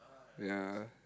ya